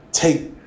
Take